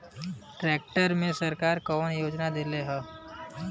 Tractor मे सरकार कवन योजना देले हैं?